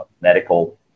medical